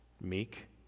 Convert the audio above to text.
meek